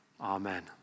Amen